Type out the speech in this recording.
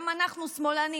גם אנחנו שמאלנים,